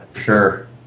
Sure